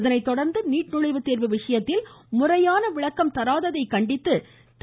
இதனை தொடா்ந்து நீட் நுழைவுத்தோ்வு விசயத்தில் முறையான விளக்கம் தராததை கண்டித்து திரு